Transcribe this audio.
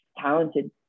talented